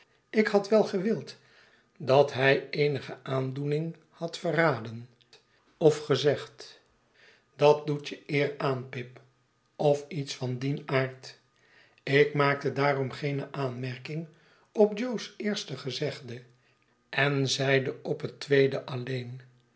ik had wel gewild dat hi eenige aandoening had verraden of gezegd dat doet je eer aan pip of iets van dien aard ik maakte daarom geene aanmerking op jo's eerste gezegde en zeide op het tweede alleen